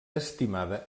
estimada